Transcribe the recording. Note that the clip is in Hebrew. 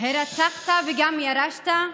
הרצחת וגם ירשת?